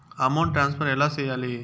amount transfer ఎలా సేయాలి